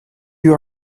you